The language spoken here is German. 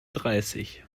dreißig